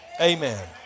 Amen